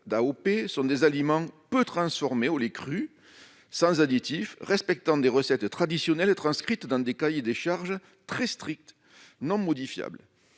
AOP, sont des aliments peu transformés, sans additifs, et respectant des recettes traditionnelles transcrites dans des cahiers des charges très stricts et non modifiables.